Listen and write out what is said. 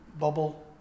bubble